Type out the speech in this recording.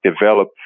develop